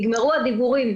נגמרו הדיבורים,